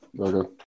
Okay